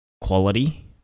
quality